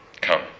Come